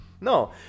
No